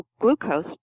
glucose